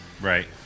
Right